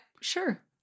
Sure